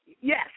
yes